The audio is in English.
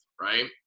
right